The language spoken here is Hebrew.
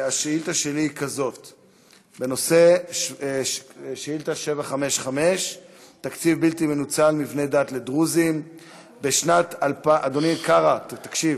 והשאילתה שלי היא שאילתה 755. אדוני קרא, תקשיב,